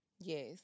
Yes